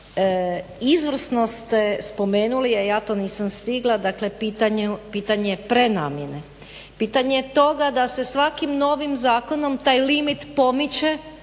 Izvrsno ste spomenuli, a ja to nisam stigla, dakle pitanje prenamjene, pitanje toga da se svakim novim zakonom taj limit pomiče